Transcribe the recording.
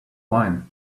wine